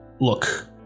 look